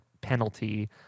penalty